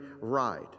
ride